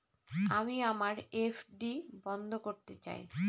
আমি আমার এফ.ডি বন্ধ করতে চাই